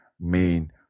main